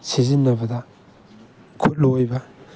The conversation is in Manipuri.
ꯁꯤꯖꯤꯟꯅꯕꯗ ꯈꯨꯠꯂꯣꯏꯕ